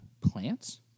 plants